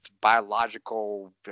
biological